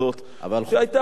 שהיתה לכאורה,